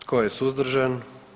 Tko je suzdržan?